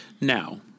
Now